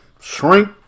shrink